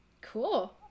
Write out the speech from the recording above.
Cool